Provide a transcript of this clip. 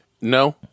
no